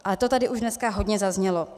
Ale to tady už dneska hodně zaznělo.